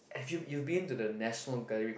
have you you've been to the National Gallery